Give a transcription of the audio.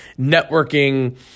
networking